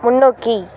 முன்னோக்கி